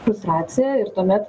frustracija ir tuomet